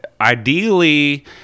ideally